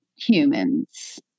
humans